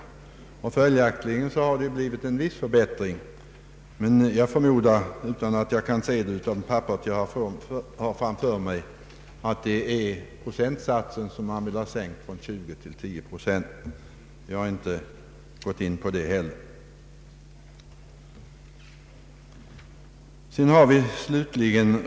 Följaktligen har det blivit en viss förbättring, men jag förmodar, utan att jag kan se det i de papper jag har framför mig, att man vill sänka procentsatsen från 20 till 10. Vi har emellertid inte gått in på den frågan.